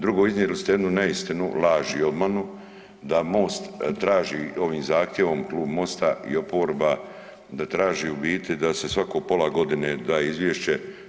Drugo, iznijeli ste jednu neistinu, laž i obmanu da MOST traži ovim zahtjevom klub MOST-a i oporba, da traži u biti da se svako pola godine da izvješće.